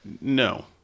no